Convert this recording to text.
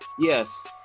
yes